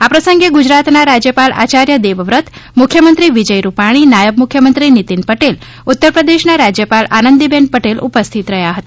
આ પ્રસંગે ગુજરાતના રાજ્યપાલ આચાર્ય દેવવ્રત મુખ્યમંત્રી વિજય રૂપાણી નાયબ મુખ્યમંત્રી નીતિન પટેલ ઉત્તરપ્રદેશના રાજ્યપાલ આનંદીબેન પટેલ ઉપસ્થિત રહ્યા હતા